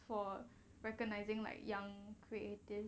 for recognising like young creatives